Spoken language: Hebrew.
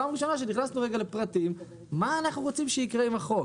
כאשר נכנסנו לראשונה לפרטים: מה אנחנו רוצים שיקרה עם החוק?